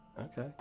Okay